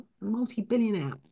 multi-billionaire